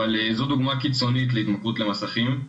אבל זו דוגמא קיצונית להתמכרות למסכים.